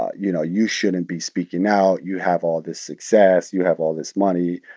ah you know, you shouldn't be speaking out. you have all this success. you have all this money.